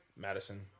Madison